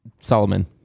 Solomon